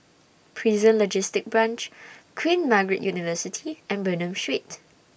Prison Logistic Branch Queen Margaret University and Bernam Street